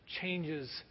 changes